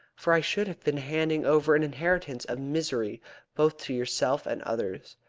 for i should have been handing over an inheritance of misery both to yourself and others.